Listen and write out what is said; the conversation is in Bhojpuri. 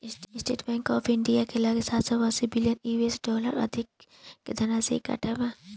स्टेट बैंक ऑफ इंडिया के लगे सात सौ अस्सी बिलियन यू.एस डॉलर से अधिक के धनराशि इकट्ठा बा